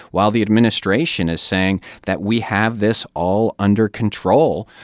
while the administration is saying that we have this all under control.